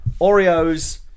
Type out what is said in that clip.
Oreos